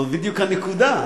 זאת בדיוק הנקודה.